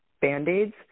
Band-Aids